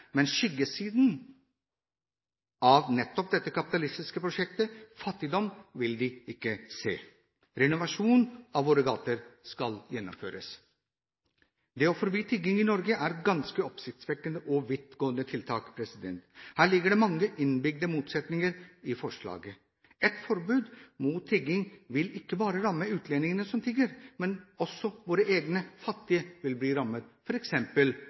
men skyggesiden av nettopp dette kapitalistiske prosjektet – fattigdom – vil de ikke se. Renovasjon av våre gater skal gjennomføres. Det å forby tigging i Norge er et ganske oppsiktsvekkende og vidtgående tiltak. Her ligger det mange innebygde motsetninger i forslaget. Et forbud mot tigging vil ikke bare ramme utlendingene som tigger, men også våre egne fattige vil bli rammet,